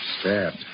Stabbed